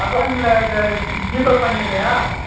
அக்கௌண்ட்டில் இது ஜிபே பண்ணிடுறீயா